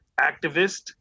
activist